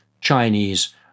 Chinese